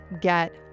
get